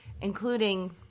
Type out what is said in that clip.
including